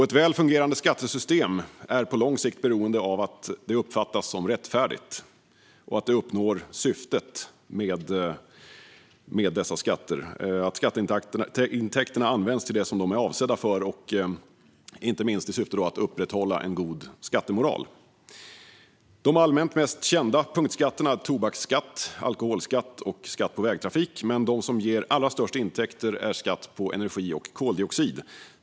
Ett väl fungerande skattesystem är på lång sikt beroende av att det uppfattas som rättfärdigt och uppnår syftet med dessa skatter - att skatteintäkterna används till det som de är avsedda för och inte minst i syfte att upprätthålla en god skattemoral. De allmänt mest kända punktskatterna är tobaksskatt, alkoholskatt och skatt på vägtrafik. Men de som ger allra störst intäkter är skatt på energi och koldioxid.